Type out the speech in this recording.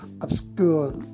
obscure